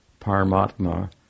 Paramatma